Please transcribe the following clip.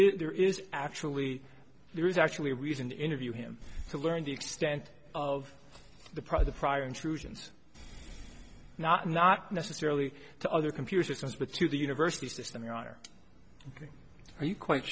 is there is actually there is actually a reason to interview him to learn the extent of the product prior intrusions not not necessarily to other computer systems but to the university system you are ok are you quite